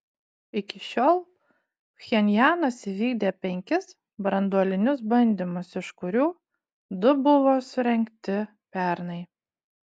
iki šiol pchenjanas įvykdė penkis branduolinius bandymus iš kurių du buvo surengti pernai